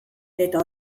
eta